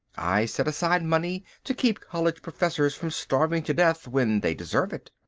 i set aside money to keep college professors from starving to death when they deserve it.